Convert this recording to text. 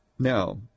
Now